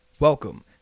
Welcome